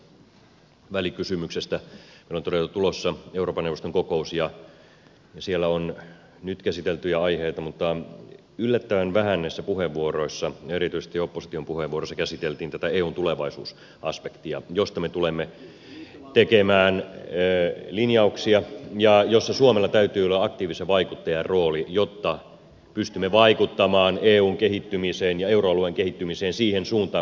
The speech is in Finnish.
meillä on todella tulossa eurooppa neuvoston kokous ja siellä on nyt käsiteltyjä aiheita mutta yllättävän vähän näissä puheenvuoroissa erityisesti opposition puheenvuoroissa käsiteltiin tätä eun tulevaisuusaspektia josta me tulemme tekemään linjauksia ja jossa suomella täytyy olla aktiivisen vaikuttajan rooli jotta pystymme vaikuttamaan eun kehittymiseen ja euroalueen kehittymiseen siihen suuntaan kuin me itse haluamme